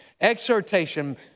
exhortation